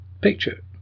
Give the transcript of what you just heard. picture